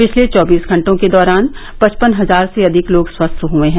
पिछले चौबीस घंटों के दौरान पचपन हजार से अधिक लोग स्वस्थ हुए हैं